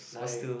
like